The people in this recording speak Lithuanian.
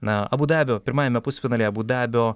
na abu dabio pirmajame pusfinalyje abu dabio